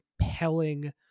compelling